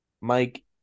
Mike